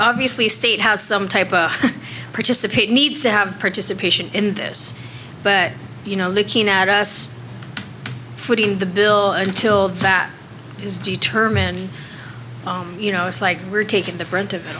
obviously state has some type of participate needs to have participation in this but you know looking at us footing the bill until that is determined you know it's like we're taking the brunt of i